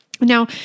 Now